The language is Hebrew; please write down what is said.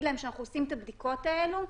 להם שאנחנו עושים את הבדיקות האלו,